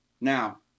Now